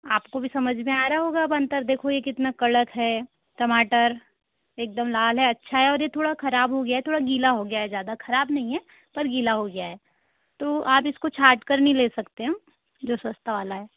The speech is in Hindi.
आप को भी समझ में आ रहा होगा अब अंतर देखो ये कितना कड़क है टमाटर एक दम लाल है अच्छा है और ये थोड़ा ख्रराब हो गया है थोड़ा गिला हो गया है ज्यादा ख़राब नहीं है पर गिला हो गया है तो आप इसको छाट कर नहीं ले सकते हैं जो सस्ता वाला है